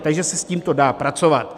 Takže se s tímto dá pracovat.